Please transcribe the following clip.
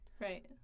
right